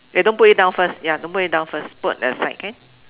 eh don't put it down first ya don't put it down first put at the side okay